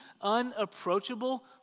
unapproachable